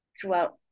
throughout